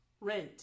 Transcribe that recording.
rent